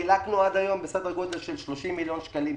וחילקנו עד היום סדר גודל של כמעט 30 מיליון שקלים.